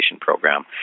program